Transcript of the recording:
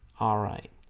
all right